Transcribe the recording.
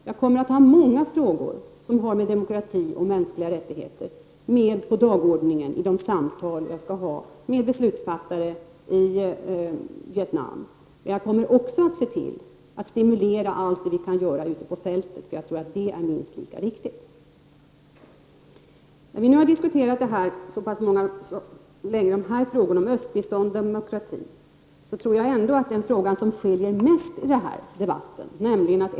Jag kommer att ha många frågor rörande demokrati och mänskliga rättigheter med på dagordningen i mina samtal med beslutsfattare i Vietnam. Men jag kommer också att se till att stimulera allt det vi kan göra ute på fältet. Jag tror nämligen att det är minst lika viktigt. Vi har länge diskuterat frågor kring östbistånd och demokrati. Men den fråga där våra uppfattningar skiljer sig mest åt gäller biståndets omfattning.